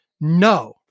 no